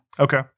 Okay